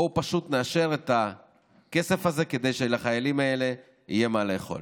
בואו פשוט נאשר את הכסף הזה כדי שלחיילים האלה יהיה מה לאכול.